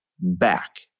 back